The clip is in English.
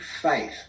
faith